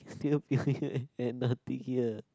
still behind you and penalty here